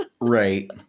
Right